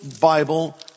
Bible